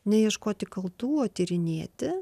neieškoti kaltų o tyrinėti